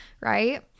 right